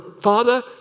Father